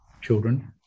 children